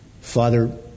Father